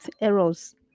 errors